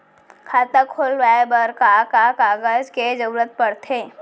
खाता खोलवाये बर का का कागज के जरूरत पड़थे?